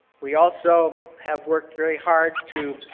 we also have worked very hard to,